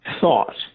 thought